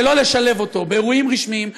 שלא לשלב אותו באירועים רשמיים,